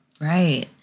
Right